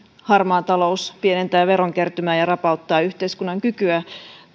harmaa talous pienentää verokertymää ja rapauttaa yhteiskunnan kykyä